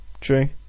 True